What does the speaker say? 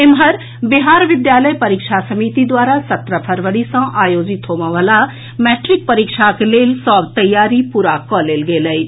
एम्हर बिहार विद्यालय परीक्षा समिति द्वारा सत्रह फरवरी सँ आयोजित होबयवला मैट्रिक परीक्षाक लेल सभ तैयारी पूरा कऽ लेल गेल अछि